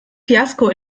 fiasko